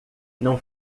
não